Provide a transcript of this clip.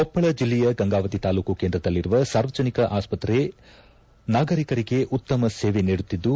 ಕೊಪ್ಪಳ ಜಿಲ್ಲೆಯ ಗಂಗಾವತಿ ತಾಲೂಕು ಕೇಂದ್ರದಲ್ಲಿರುವ ಸಾರ್ವಜನಿಕ ಆಸ್ಪತ್ರೆ ನಾಗರೀಕರಿಗೆ ಉತ್ತಮ ಸೇವೆ ನೀಡುತ್ತಿದ್ದು